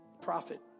prophet